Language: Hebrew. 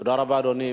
תודה רבה, אדוני.